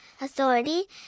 authority